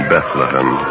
Bethlehem